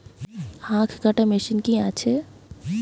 আখ কাটা মেশিন কি আছে?